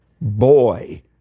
boy